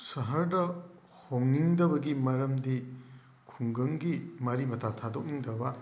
ꯁꯍꯔꯗ ꯍꯣꯡꯅꯤꯡꯗꯕꯒꯤ ꯃꯔꯝꯗꯤ ꯈꯨꯡꯒꯪꯒꯤ ꯃꯔꯤ ꯃꯇꯥ ꯊꯥꯗꯣꯛꯅꯤꯡꯗꯕ